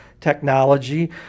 technology